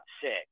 six